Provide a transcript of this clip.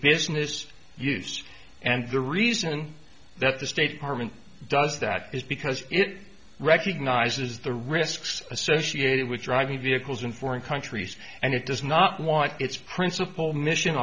business used and the reason that the state department does that is because it recognizes the risks associated with driving vehicles in foreign countries and it does not want its principal mission